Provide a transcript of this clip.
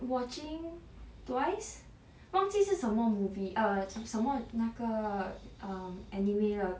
watching twice 忘记是什么 movie err 什么那个 um anime 了